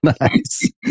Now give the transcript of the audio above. Nice